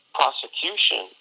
prosecution